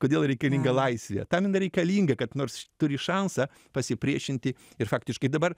kodėl reikalinga laisvė tam jinai reikalinga kad nors turi šansą pasipriešinti ir faktiškai dabar